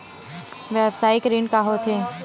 व्यवसायिक ऋण का होथे?